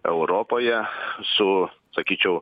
europoje su sakyčiau